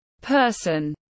person